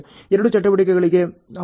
ಎರಡು ಚಟುವಟಿಕೆಗಳಿಗೆ ಅವಧಿ ಕೂಡ ಇದೆ